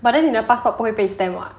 but then 你的 passport 不会被 stamp [what]